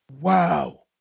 Wow